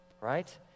Right